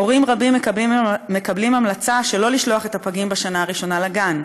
הורים רבים מקבלים המלצה שלא לשלוח את הפגים בשנה הראשונה לגן,